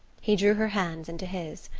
he drew her hands into his.